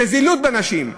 זו זילות של נשים.